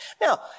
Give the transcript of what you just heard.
Now